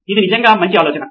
ఇది నిజంగా మంచి ఆలోచన